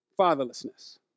Fatherlessness